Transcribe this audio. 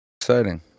Exciting